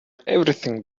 everything